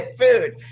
food